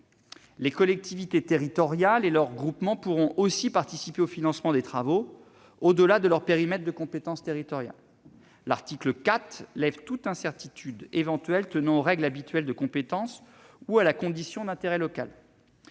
Les collectivités territoriales et leurs groupements pourront aussi participer au financement des travaux, au-delà de leur périmètre de compétence territoriale. L'article 4 lève toute incertitude éventuelle tenant aux règles habituelles de compétence ou à la condition d'intérêt local.